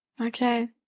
okay